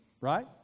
right